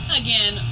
again